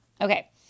Okay